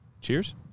Cheers